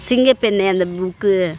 சிங்கப் பெண்ணே அந்த புக்கு